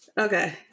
Okay